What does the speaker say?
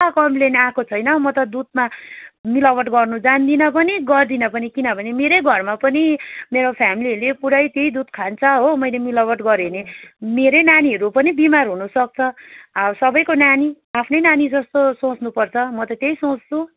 एउटा कम्प्लेन आएको छैन म त दुधमा मिलावट गर्नु जान्दिनँ पनि गर्दिनँ पनि किनभने मेरै घरमा पनि मेरो फ्यामिलीहरूले पुरै त्यही दुध खान्छ हो मैले मिलावट गरेँ भने मेरै नानीहरू पनि बिमार हुनुसक्छ अब सबैको नानी आफ्नै नानी जस्तै सोच्नुपर्छ म त त्यही सोच्छु